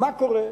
מה קורה?